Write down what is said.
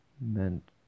meant